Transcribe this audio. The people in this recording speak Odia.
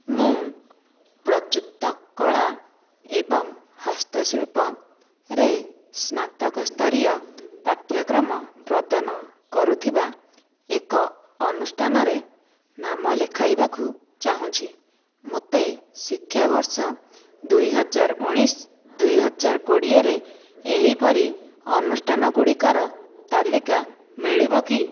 ମୁଁ ପ୍ରଯୁକ୍ତକଳା ଏବଂ ହସ୍ତଶିଳ୍ପରେ ସ୍ନାତକସ୍ତରୀୟ ପାଠ୍ୟକ୍ରମ ପ୍ରଦାନ କରୁଥିବା ଏକ ଅନୁଷ୍ଠାନରେ ନାମ ଲେଖାଇବାକୁ ଚାହୁଁଛି ମୋତେ ଶିକ୍ଷାବର୍ଷ ଦୁଇହଜାର ଉଣେଇଶି ଦୁଇହଜାର କୋଡ଼ିଏରେ ଏହିପରି ଅନୁଷ୍ଠାନ ଗୁଡ଼ିକର ତାଲିକା ମିଳିବ କି